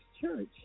church